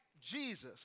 Jesus